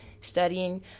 studying